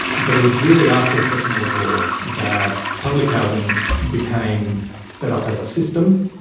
but it was really after the second world war that public housing became set up as a system,